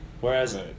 Whereas